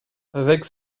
avec